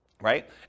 Right